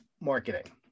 marketing